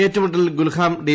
ഏറ്റുമുട്ടലിൽ ഗുൽഗാം ഡി